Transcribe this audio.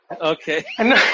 Okay